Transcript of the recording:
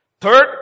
Third